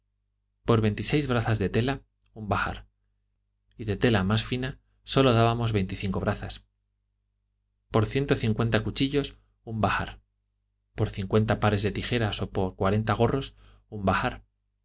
por veintiséis brazas de tela un bahar y de tela más fina sólo dábamos veinticinco brazas por ciento cincuenta cuchillos un bahar por cincuenta pares de tijeras o por cuarenta gorros un bahar